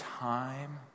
time